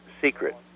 secret